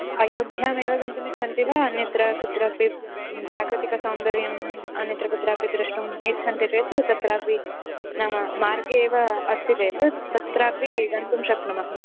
अयोध्यामेव गन्तुमिच्छन्ति वा अन्यत्र कुत्रापि प्राकृतिकसौन्दर्यम् अन्यत्र कुत्रापि द्रष्टुम् इच्छन्ति चेत् तत्रापि नाम मार्गे एव अस्ति चेत् तत्रापि गन्तुं शक्नुमः